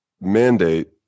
mandate